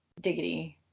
Diggity